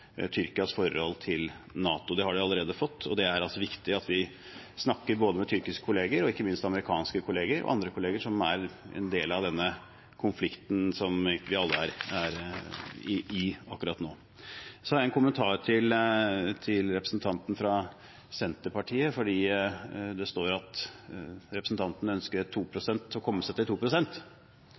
Tyrkias til forhold til NATO – det har det jo allerede fått. Det er det også viktig at vi snakker om med både tyrkiske kolleger og ikke minst amerikanske kolleger og andre kolleger som er en del av denne konflikten som vi egentlig alle er i, akkurat nå. Så har jeg en kommentar til representanten fra Senterpartiet. Det står i innstillingen at representanten ønsker å